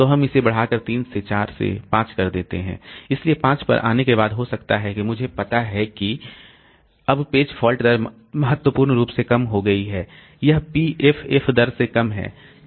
तो हम इसे बढ़ाकर 3 से 4 से 5 कर देते हैं इसलिए 5 पर आने के बाद हो सकता है कि मुझे पता है कि अब पेज फॉल्ट दर महत्वपूर्ण रूप से कम हो गई है यह PFF दर से कम है